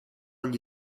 gli